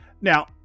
Now